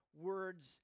words